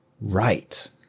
right